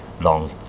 long